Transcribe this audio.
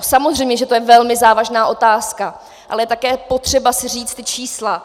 Samozřejmě je to velmi závažná otázka, ale také je potřeba si říci ta čísla.